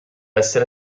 essere